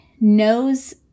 knows